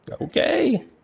Okay